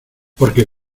porque